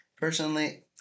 Personally